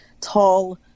tall